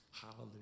hallelujah